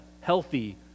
healthy